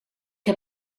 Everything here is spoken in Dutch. heb